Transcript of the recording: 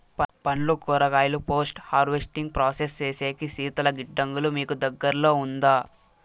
పండ్లు కూరగాయలు post harvesting process సేసేకి శీతల గిడ్డంగులు మీకు దగ్గర్లో ఉందా?